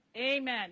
Amen